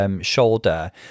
shoulder